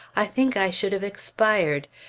i think i should have expired,